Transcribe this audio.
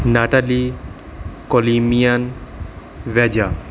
ਨਾਟਾ ਲੀ ਕੋਲੀਮੀਅਨ ਵੈਜਾ